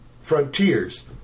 frontiers